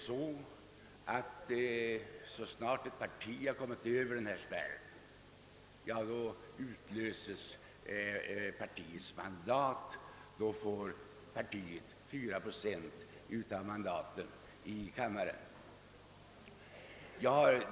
Så snart ett parti har kommit över 4 procent av rösterna får partiet plötsligt »fullt» antal mandat i riksdagen.